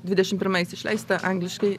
dvidešimt pirmais išleista angliškai